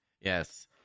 Yes